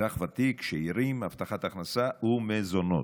אזרח ותיק, שאירים, הבטחת הכנסה ומזונות.